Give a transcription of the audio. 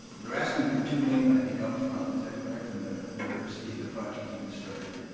they're asking for two million i think up front, is that correct, from the, in other words, to get the project even started.